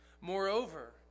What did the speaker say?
Moreover